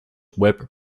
web